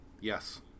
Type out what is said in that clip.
Yes